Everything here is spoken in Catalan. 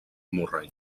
murray